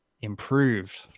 improved